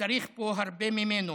וצריך פה הרבה ממנו,